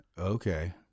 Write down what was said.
Okay